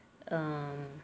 um